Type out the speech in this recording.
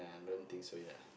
I don't think so yet ah